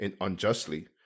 unjustly